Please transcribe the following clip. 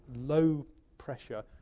low-pressure